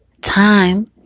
time